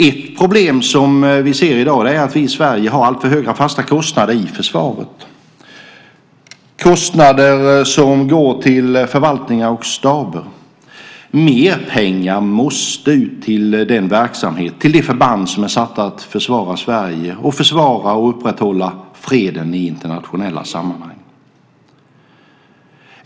Ett problem som vi ser i dag är att vi i Sverige har alltför höga fasta kostnader i försvaret, kostnader som går till förvaltningar och staber. Mer pengar måste ut till de verksamheter, de förband, som är satta att försvara Sverige och att försvara och upprätthålla freden i internationella sammanhang.